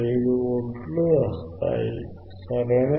5 వోల్ట్లు వస్తాయి సరేనా